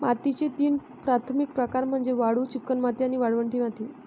मातीचे तीन प्राथमिक प्रकार म्हणजे वाळू, चिकणमाती आणि वाळवंटी माती